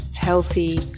healthy